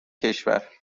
کشور